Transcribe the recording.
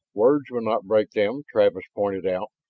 words will not break them, travis pointed out.